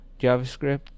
JavaScript